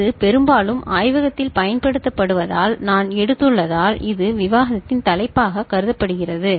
இது பெரும்பாலும் ஆய்வகத்தில் பயன்படுத்தப்படுவதால் நான் எடுத்துள்ளதால் இது விவாதத்தின் தலைப்பாக கருதப்படுகிறது